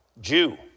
Jew